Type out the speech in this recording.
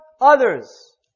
others